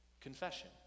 Confession